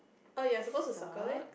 oh ya supposed to circle it